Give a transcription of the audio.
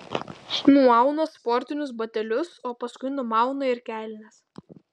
nuauna sportinius batelius o paskui numauna ir kelnes